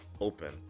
Open